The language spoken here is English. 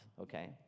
Okay